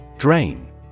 Drain